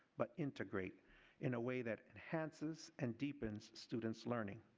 but integrate in a way that enhances and deepens students learning.